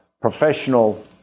professional